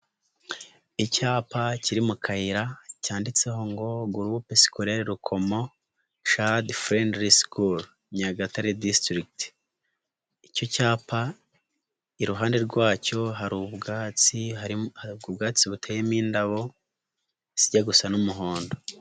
Icyapa kiri mu kayira cyanditseho ngo Groupe Scolaire Rukomo Child Friendly school Nyagatare district. Icyo cyapa iruhande rwacyo hari ubwatsi, ubwatsi buteyemo indabo zijya gusa n'umuhondo.